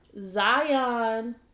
Zion